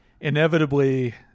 inevitably